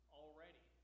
already